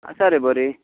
आसा रे बरीं